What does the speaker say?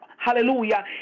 Hallelujah